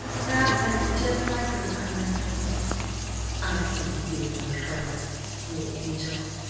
perhaps i'd be just like her if i were in her place i see you being like her you angel!